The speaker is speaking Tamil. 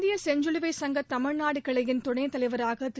இந்தியசெஞ்சிலுவைச் சங்கதமிழ்நாடுகிளையின் துணைத்தலைவராகதிரு